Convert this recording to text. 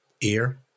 ear